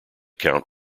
count